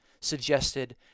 suggested